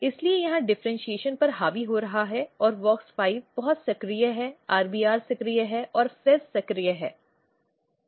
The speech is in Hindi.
इसलिए यहाँ डिफरेन्शीऐशन पर हावी हो रहा है और WOX 5 बहुत सक्रिय है RBR सक्रिय है और FEZ सक्रिय है